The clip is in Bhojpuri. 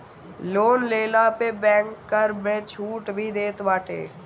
लोन लेहला पे बैंक कर में छुट भी देत बाटे